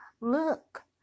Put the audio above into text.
Look